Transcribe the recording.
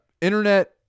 Internet